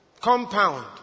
compound